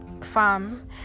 farm